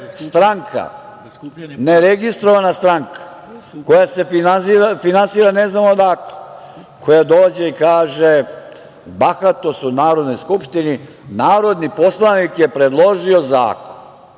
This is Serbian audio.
stranka, neregistrovana stranka, koja se finansira, ne znam odakle. Koja dođe i kaže – bahatost u Narodnoj skupštini, narodni poslanik je predložio zakon,